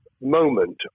moment